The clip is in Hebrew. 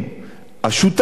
השותף של